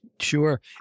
Sure